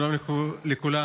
שלום לכולם.